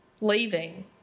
leaving